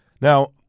Now